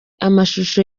amashusho